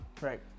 Right